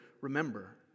remember